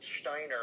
Steiner